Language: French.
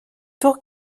tour